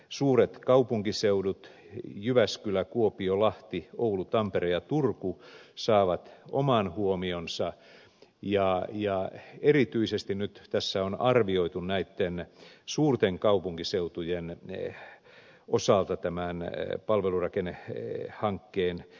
suuret kaupunkiseudut jyväskylä kuopio lahti oulu tampere ja turku saavat oman huomionsa ja erityisesti nyt tässä on arvioitu näitten suurten kaupunkiseutujen osalta tämän palvelurakennehankkeen etenemistä